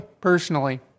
personally